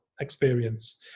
experience